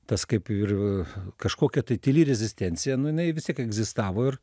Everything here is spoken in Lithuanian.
tas kaip ir kažkokia tai tyli rezistencija nu jinai vis tiek egzistavo ir